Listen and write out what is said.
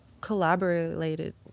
collaborated